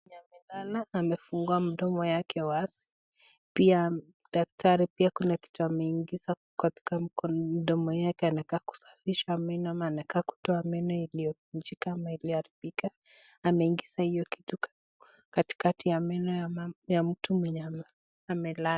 Inaonekana amefungua mdomo wake wazi. Daktari pia kuna kitu ameingiza katika mdomo yake anakaa kusafisha meno ama anakaa kutoa meno iliyovunjika ama iliyoharibika. Ameingiza hiyo kitu katikati ya meno ya mtu mwenye amelala.